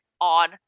on